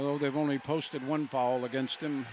oh they've only posted one ball against